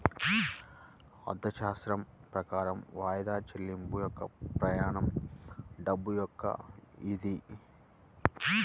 ఆర్థికశాస్త్రం ప్రకారం వాయిదా చెల్లింపు యొక్క ప్రమాణం డబ్బు యొక్క విధి